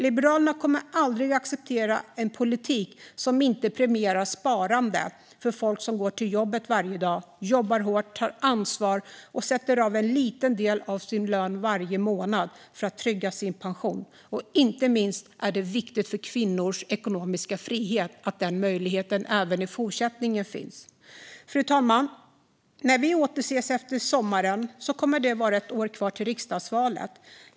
Liberalerna kommer aldrig att acceptera en politik som inte premierar sparande för folk som går till jobbet varje dag - som jobbar hårt, tar ansvar och sätter av en liten del av sin lön varje månad för att trygga sin pension. Inte minst är det viktigt för kvinnors ekonomiska frihet att den möjligheten finns även i fortsättningen. Fru talman! När vi återses efter sommaren kommer det att vara ett år kvar till riksdagsvalet.